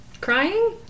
Crying